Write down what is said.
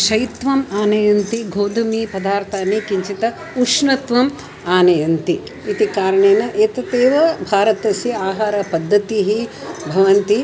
शैत्यम् आनयन्ति गोधूम पदार्थानि किञ्चित् उष्णत्वम् आनयन्ति इति कारणेन एतदेव भारतस्य आहारपद्धतयः भवन्ति